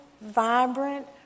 vibrant